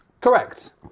Correct